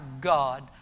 God